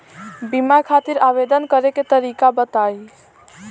बीमा खातिर आवेदन करे के तरीका बताई?